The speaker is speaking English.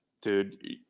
dude